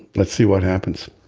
let's see what happens